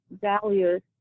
values